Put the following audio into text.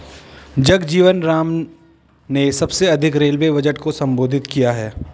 जगजीवन राम ने सबसे अधिक रेलवे बजट को संबोधित किया है